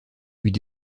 eût